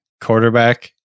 quarterback